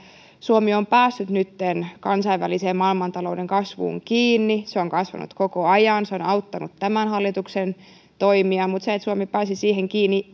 suomi on päässyt nytten kansainväliseen maailmantalouden kasvuun kiinni se on kasvanut koko ajan on auttanut tämän hallituksen toimia mutta se että suomi pääsi siihen kiinni